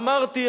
אמרתי,